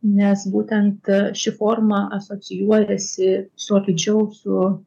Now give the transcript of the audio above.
nes būtent ši forma asocijuojasi solidžiau su